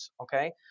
okay